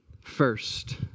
first